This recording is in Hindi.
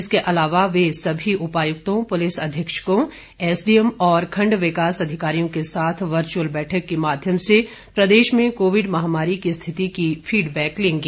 इसके अलाव वे सभी उपायुक्तों पुलिस अधीक्षकों एसडीएम और खंड विकास अधिकारियों के साथ वर्चअल बैठक के माध्यम से प्रदेश में कोविड महामारी की स्थिति की फीडबैक लेंगे